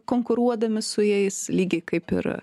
konkuruodami su jais lygiai kaip ir